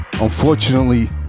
Unfortunately